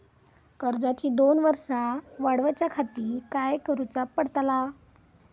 कर्जाची दोन वर्सा वाढवच्याखाती काय करुचा पडताला?